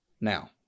Now